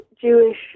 Jewish